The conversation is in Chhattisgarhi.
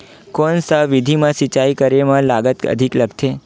कोन सा विधि म सिंचाई करे म लागत अधिक लगथे?